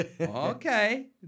Okay